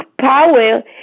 power